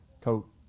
coat